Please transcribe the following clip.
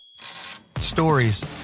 Stories